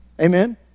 amen